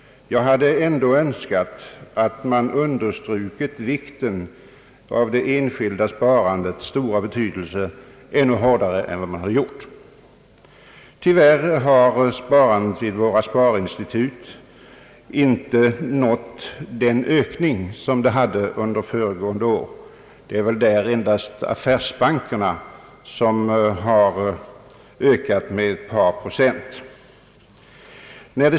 Jag skulle dock önska att man understrukit det enskilda sparandets stora betydelse ännu kraftigare än vad som skett. Tyvärr har sparandet i våra sparinstitut inte nått samma ökning som under föregående år. Det är endast i affärsbankerna som sparandet ökat med ett par procent.